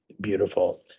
beautiful